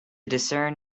discern